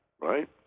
right